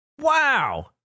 Wow